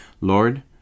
Lord